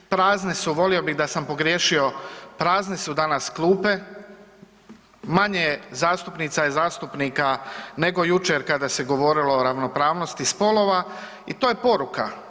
Prazne su, volio bih da sam pogriješio, prazne su danas klupe, manje je zastupnica i zastupnika nego jučer kada se govorilo o ravnopravnosti spolova i to je poruka.